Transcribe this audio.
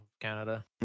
Canada